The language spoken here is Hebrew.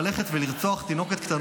התינוקת,